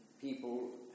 people